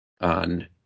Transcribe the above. on